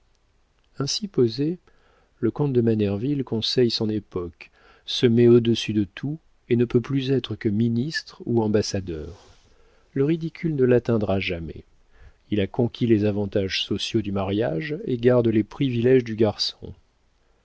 ainsi posé le comte de manerville conseille son époque se met au-dessus de tout et ne peut plus être que ministre ou ambassadeur le ridicule ne l'atteindra jamais il a conquis les avantages sociaux du mariage et garde les priviléges du garçon